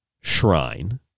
shrine